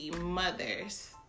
Mothers